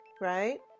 right